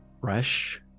fresh